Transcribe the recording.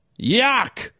yuck